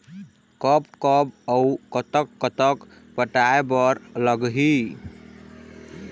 कब कब अऊ कतक कतक पटाए बर लगही